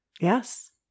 Yes